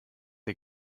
der